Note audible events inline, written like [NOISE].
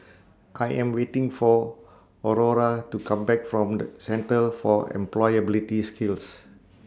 I Am waiting For Aurore to [NOISE] Come Back from The Centre For Employability Skills